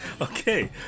Okay